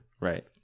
Right